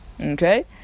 okay